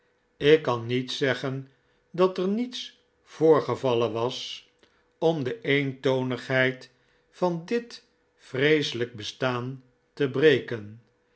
ik kan niet zeggen dat er niets voorgevallen was om de eentoniglieid van dit vreeselijk bestaan te brekcn